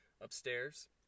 upstairs